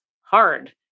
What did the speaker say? hard